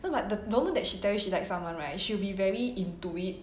so like the moment that she tells you she likes someone right she'll be very into it